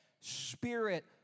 Spirit